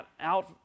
out